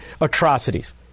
atrocities